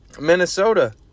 Minnesota